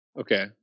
Okay